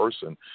person